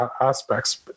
aspects